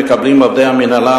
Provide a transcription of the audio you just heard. מקבלים עובדי המינהלה,